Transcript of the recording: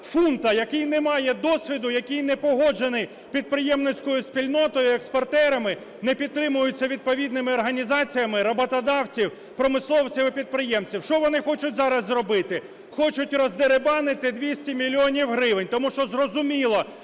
який не має досвіду, який не погоджений підприємницькою спільнотою, експортерами, не підтримується відповідними організаціями роботодавців, промисловців і підприємців. Що вони хочуть зараз зробити? Хочуть роздерибанити 200 мільйонів гривень, тому що зрозуміло,